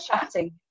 chatting